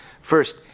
First